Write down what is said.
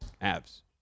Abs